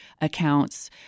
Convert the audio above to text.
accounts